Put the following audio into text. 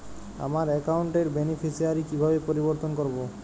আমার অ্যাকাউন্ট র বেনিফিসিয়ারি কিভাবে পরিবর্তন করবো?